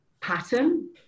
pattern